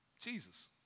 Jesus